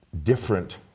different